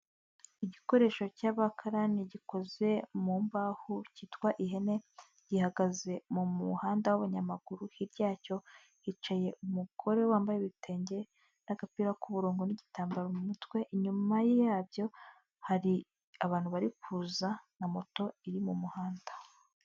Igikoresho cy'abakarani gikoze mu mbaho cyitwa ihene, gihagaze mu muhanda w'abanyamaguru, hirya yacyo hicaye umugore wambaye ibitenge n'agapira k'uburongo n'igitambaro mu mutwe, inyuma yabyo hari abantu bari kuza na moto iri mu muhanda.